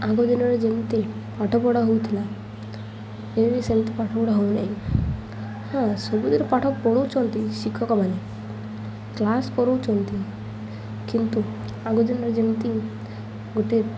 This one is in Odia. ଆଗ ଦିନରେ ଯେମିତି ପାଠପଢ଼ା ହଉଥିଲା ଏବେ ସେମିତି ପାଠପଢ଼ା ହଉ ନାହିଁ ହଁ ସବୁଥିରେ ପାଠ ପଢ଼ଉଛନ୍ତି ଶିକ୍ଷକମାନେ କ୍ଲାସ୍ କରଉଛନ୍ତି କିନ୍ତୁ ଆଗ ଦିନରେ ଯେମିତି ଗୋଟେ